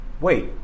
Wait